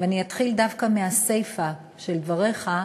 ואני אתחיל דווקא מהסיפה של דבריך,